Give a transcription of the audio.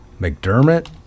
mcdermott